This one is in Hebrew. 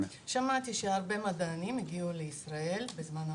שמעתי שהרבה מדענים הגיעו לישראל בזמן האחרון.